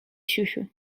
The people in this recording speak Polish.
siusiu